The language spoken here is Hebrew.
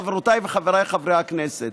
חברותיי וחבריי חברי הכנסת,